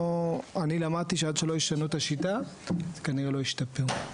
אני למדתי שעד שלא ישנו את השיטה זה כנראה לא ישתפר.